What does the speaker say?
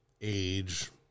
age